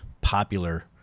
popular